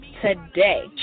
today